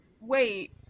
Wait